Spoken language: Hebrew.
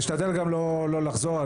אני אשתדל לא לחזור על הדברים שנאמרו.